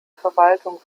verwaltung